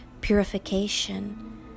purification